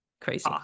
crazy